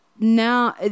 Now